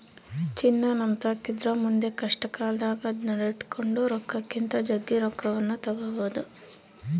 ಚಿನ್ನ ನಮ್ಮತಾಕಿದ್ರ ಮುಂದೆ ಕಷ್ಟಕಾಲದಾಗ ಅದ್ನ ಅಡಿಟ್ಟು ಕೊಂಡ ರೊಕ್ಕಕ್ಕಿಂತ ಜಗ್ಗಿ ರೊಕ್ಕವನ್ನು ತಗಬೊದು